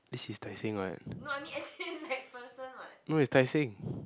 this is Tai-Seng what no it's Tai-Seng